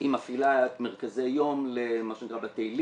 היא מפעילה מרכזי יום, מה שנקרא "בתי לין",